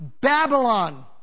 Babylon